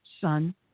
son